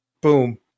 Boom